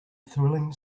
thrilling